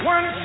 One